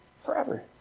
Forever